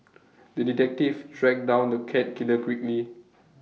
the detective tracked down the cat killer quickly